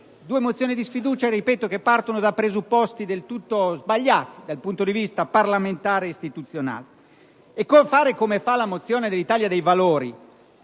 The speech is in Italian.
due mozioni di sfiducia, che partono da presupposti del tutto sbagliati dal punto di vista parlamentare e istituzionale. Fare, come fa la mozione dell'Italia dei Valori,